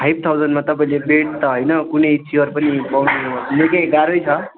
five थाउजन्डमा तपाईँले bed त होइन कुनै चियर पनि पाउनु निकै गाह्रो छ